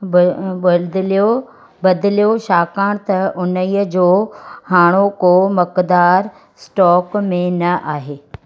ब ॿदलियो ॿदलियो छाकणि त हुन जो हाणोको मक़दारु स्टॉक में न आहे